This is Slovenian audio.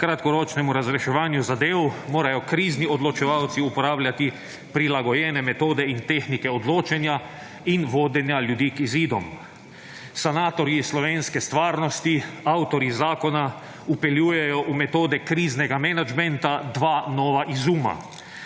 kratkoročnemu razreševanju zadev morajo krizni odločevalci uporabljati prilagojene metode in tehnike odločanje in vodenje ljudi k izidom. Sanatorji slovenske stvarnosti, avtorji zakona vpeljujejo v metode kriznega menedžmenta dva nova izuma.